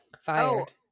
Fired